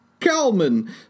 Calman